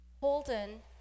Holden